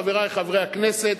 חברי חברי הכנסת,